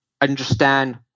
understand